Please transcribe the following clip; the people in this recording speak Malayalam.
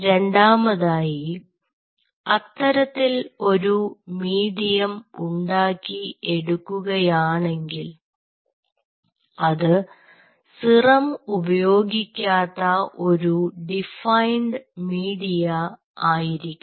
രണ്ടാമതായി അത്തരത്തിൽ ഒരു മീഡിയം ഉണ്ടാക്കി എടുക്കുകയാണെങ്കിൽ അത് സിറം ഉപയോഗിക്കാത്ത ഒരു ഡിഫൈൻഡ് മീഡിയ ആയിരിക്കണം